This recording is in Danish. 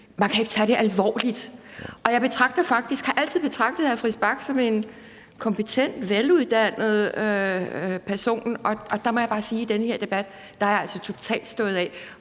Man kan ikke tage det alvorligt. Og jeg har altid betragtet hr. Christian Friis Bach som en kompetent og veluddannet person, men der må jeg bare sige, at i den her debat er jeg altså totalt stået af.